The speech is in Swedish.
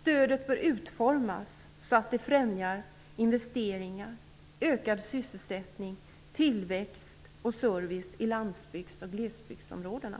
Stödet bör utformas så att det främjar investeringar, ger ökad sysselsättning och tillväxt samt service i landsbygdsoch glesbygdsområdena.